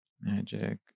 magic